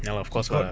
ya of course lah